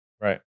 right